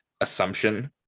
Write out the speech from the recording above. assumption